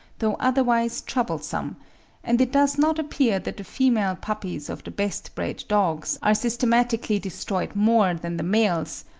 though otherwise troublesome and it does not appear that the female puppies of the best-bred dogs are systematically destroyed more than the males,